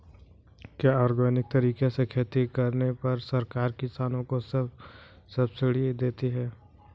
क्या ऑर्गेनिक तरीके से खेती करने पर सरकार किसानों को सब्सिडी देती है?